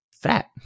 fat